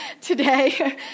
today